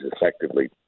effectively –